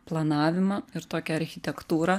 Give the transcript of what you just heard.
planavimą ir tokią architektūrą